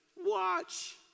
Watch